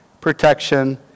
protection